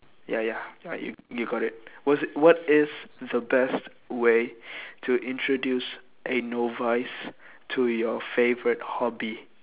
ya ya ya you you got it what is what is the best way to introduce a novice to your favourite hobby